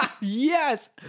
Yes